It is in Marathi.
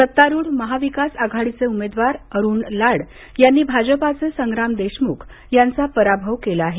सत्तारूढ महाविकास आघाडीचे उमेदवार अरुण लाड यांनी भाजपाचे संग्राम देशमुख यांचा पराभव केला आहे